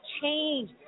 change